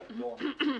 מדלתון,